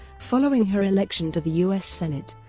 following her election to the u s. senate,